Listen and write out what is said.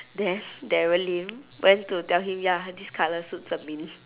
then darren lim went to tell him that ya this colour suit zhen min